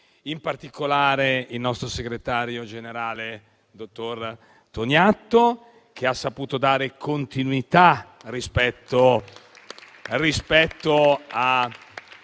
in particolare il nostro segretario generale, il dottor Toniato, che ha saputo dare continuità rispetto alla